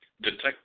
Detect